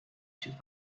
should